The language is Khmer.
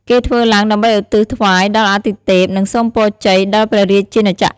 គេធ្វើឡើងដើម្បីឧទ្ទិសថ្វាយដល់អាទិទេព និងសូមពរជ័យដល់ព្រះរាជាណាចក្រ។